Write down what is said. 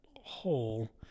hole